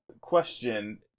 Question